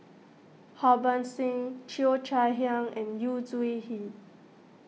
Harbans Singh Cheo Chai Hiang and Yu Zhuye